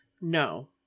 No